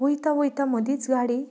वयता वयता मदींच गाडी